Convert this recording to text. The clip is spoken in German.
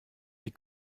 die